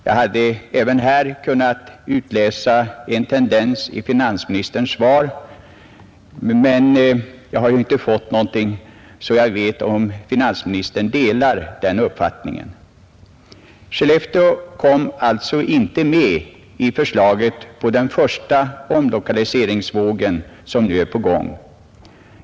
Om jag fått ett svar av finansministern på min fråga hade jag kanske kunnat utläsa en tendens av detta; nu vet jag inte om finansministern delar min uppfattning. Skellefteå kom alltså inte med i den första omlokaliseringsvågen som är på gång.